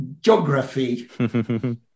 geography